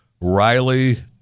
Riley